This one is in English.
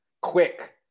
quick